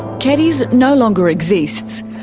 keddies no longer exists.